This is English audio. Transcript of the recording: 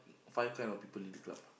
five kind of people in the club